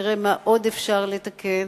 נראה מה עוד אפשר לתקן,